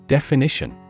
Definition